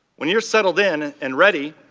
when you're settled in and ready,